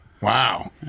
Wow